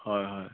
হয় হয়